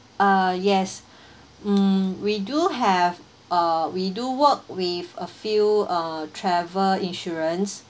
uh yes mm we do have uh we do work with a few uh travel insurance